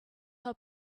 who